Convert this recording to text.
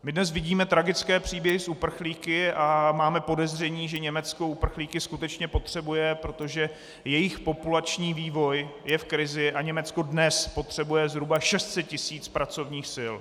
My dnes vidíme tragické příběhy s uprchlíky a máme podezření, že Německo uprchlíky skutečně potřebuje, protože jejich populační vývoj je v krizi a Německo dnes potřebuje zhruba 600 tisíc pracovních sil.